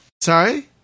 Sorry